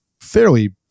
fairly